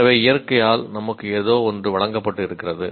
எனவே இயற்கையால் நமக்கு ஏதோ ஒன்று வழங்கப்பட்டு இருக்கிறது